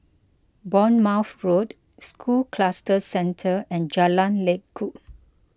Bournemouth Road School Cluster Centre and Jalan Lekub